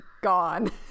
gone